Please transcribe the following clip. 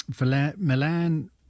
Milan